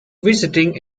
visiting